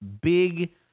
big